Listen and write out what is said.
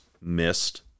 missed